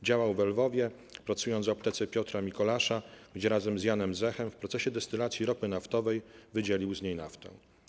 Działał we Lwowie, pracując w aptece Piotra Mikolasha, gdzie razem z Janem Zehem w procesie destylacji ropy naftowej wydzielił z niej naftę.